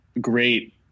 great